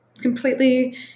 completely